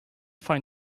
find